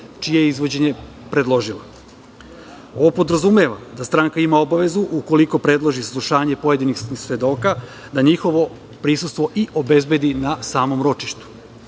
čije je izvođenje predložila. Ovo podrazumeva da stranka ima obavezu, ukoliko predloži saslušanje pojedinih svedoka, da njihovo prisustvo obezbedi na samom ročištu. Postoje